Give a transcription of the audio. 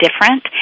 different